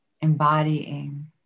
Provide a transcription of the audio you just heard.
embodying